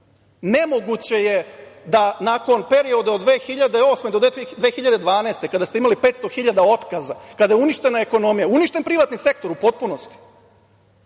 Nemoguće je da nakon perioda od 2008. godine do 2012. godine kada ste imali 500 hiljada otkaza, kada je uništena ekonomija, uništen privatni sektor u potpunosti,